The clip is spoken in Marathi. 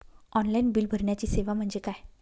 ऑनलाईन बिल भरण्याची सेवा म्हणजे काय?